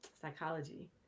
psychology